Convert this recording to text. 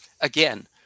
again